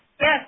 Yes